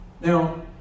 Now